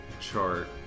chart